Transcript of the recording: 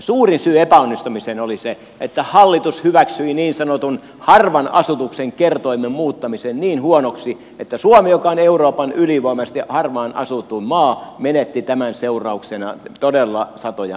suurin syy epäonnistumiseen oli se että hallitus hyväksyi niin sanotun harvan asutuksen kertoimen muuttamisen niin huonoksi että suomi joka on euroopan ylivoimaisesti harvaan asutuin maa menetti tämän seurauksena todella satoja miljoonia euroja